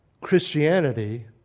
Christianity